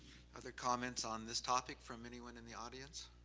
other comments on this topic from anyone in the audience?